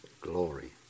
glory